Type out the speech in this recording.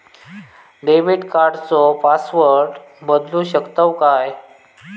Debit कार्डचो password बदलु शकतव काय?